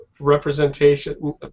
representation